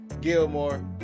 Gilmore